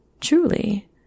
truly